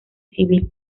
civil